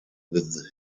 with